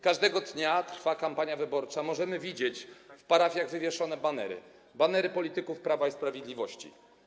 Każdego dnia trwa kampania wyborcza, możemy widzieć w parafiach wywieszone banery, banery polityków Prawa i Sprawiedliwości.